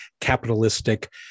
capitalistic